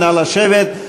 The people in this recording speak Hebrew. נא לשבת.